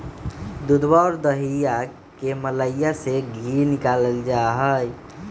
दूधवा और दहीया के मलईया से धी निकाल्ल जाहई